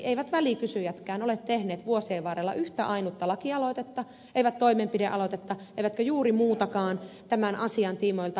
eivät välikysyjätkään ole tehneet vuosien varrella yhtä ainutta lakialoitetta eivät toimenpidealoitetta eivätkä juuri muutakaan tämän asian tiimoilta